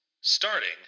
starting